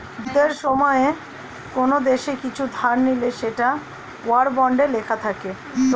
যুদ্ধের সময়ে কোন দেশ কিছু ধার নিলে সেটা ওয়ার বন্ডে লেখা থাকে